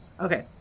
Okay